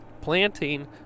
planting